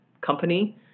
company